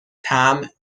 طعم